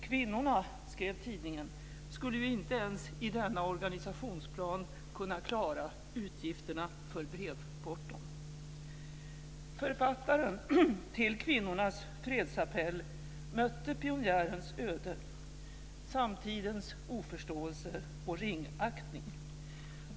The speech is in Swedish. Kvinnorna, skrev tidningen, skulle ju inte ens i denna organisationsplan kunna klara utgifterna för brevporton. Författaren till kvinnornas fredsappell mötte pionjärens öde, dvs. samtidens oförståelse och ringaktning.